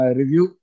review